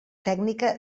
tècnica